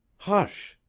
hush!